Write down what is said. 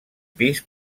pis